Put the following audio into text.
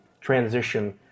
transition